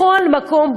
בכל מקום,